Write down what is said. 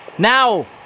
Now